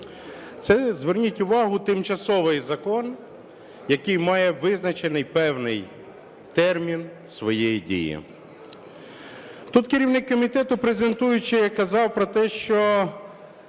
Це, зверніть увагу, тимчасовий закон, який має визначений певний термін своєї дії. Тут керівник комітету, презентуючи, казав про те, що